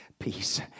Peace